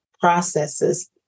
processes